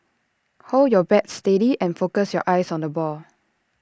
hold your bat steady and focus your eyes on the ball